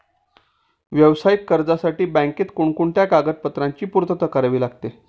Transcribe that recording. व्यावसायिक कर्जासाठी बँकेत कोणकोणत्या कागदपत्रांची पूर्तता करावी लागते?